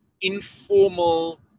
informal